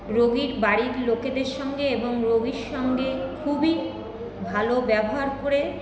রোগীর বাড়ির লোকেদের সঙ্গে এবং রোগীর সঙ্গে খুবই ভালো ব্যবহার করে